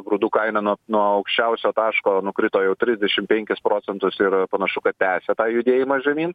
grūdų kaina nuo nuo aukščiausio taško nukrito jau trisdešim penkis procentus ir panašu kad tęsia tą judėjimą žemyn